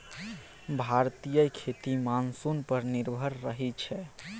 भारतीय खेती मानसून पर निर्भर रहइ छै